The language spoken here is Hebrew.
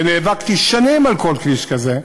ונאבקתי שנים על כל כביש כזה.